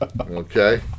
Okay